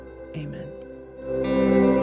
amen